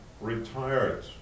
retired